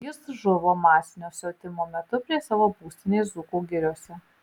jis žuvo masinio siautimo metu prie savo būstinės dzūkų giriose